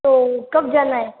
तो कब जाना है